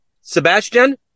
Sebastian